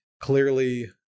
clearly